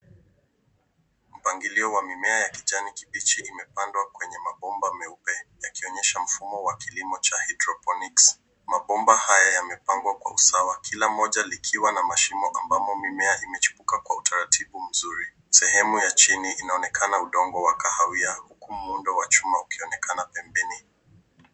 Mpangilio wa mimea ya kijani kibichi imepandwa kwenye mabomba meupe yakionyesha mfumo wa kilimo cha hydroponics . Mabomba haya yamepangwa kwa usawa kila moja likiwa na mashimo ambapo mimea imechipuka kwa utaratibu mzuri. Sehemu ya chini inaonekana udongo wa kahawia huku muundo wa chuma ukionekana pembeni.